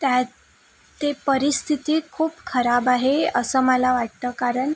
त्यात ते परिस्थिती खूप खराब आहे असं मला वाटतं कारण